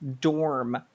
dorm